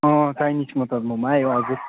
अँ चाइनिजमा त मोमो आयो हजुर